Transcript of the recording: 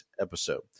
episode